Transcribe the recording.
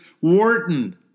Wharton